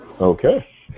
Okay